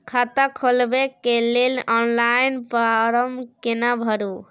खाता खोलबेके लेल ऑनलाइन फारम केना भरु?